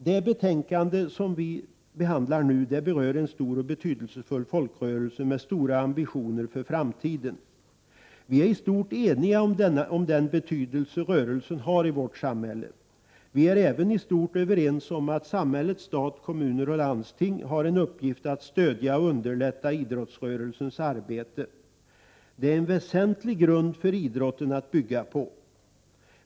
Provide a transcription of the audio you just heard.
Det betänkande som vi behandlar nu berör en stor och betydelsefull folkrörelse med stora ambitioner för framtiden. Vi är i stort sett eniga om den betydelse rörelsen har i vårt samhälle. Vi är även i stort sett överens om att samhället, stat, kommuner och landsting har till uppgift att stödja och underlätta idrottsrörelsens arbete. Detta är en väsentlig grund för idrotten att bygga på.